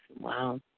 Wow